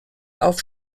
auf